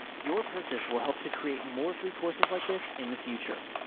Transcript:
your purchase will help to create more free courses like this in the future.